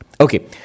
okay